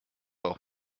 auch